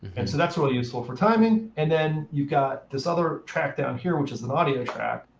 and so that's really useful for timing. and then you've got this other track down here, which is an audio track.